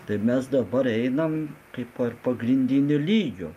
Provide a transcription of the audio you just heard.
tai mes dabar einam kaipo ir pagrindiniu lygiu